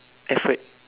effort